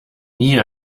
nie